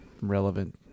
relevant